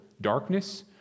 darkness